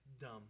dumb